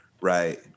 right